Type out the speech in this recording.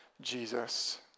Jesus